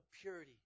purity